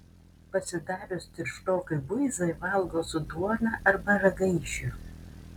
pasidarius tirštokai buizai valgo su duona arba ragaišiu